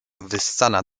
wyssana